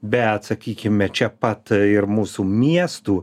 bet sakykime čia pat ir mūsų miestų